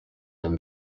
them